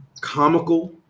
comical